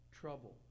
trouble